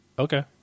Okay